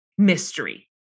mystery